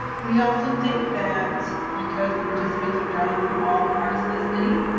we also think that because the participants are drawn from all parts of the city,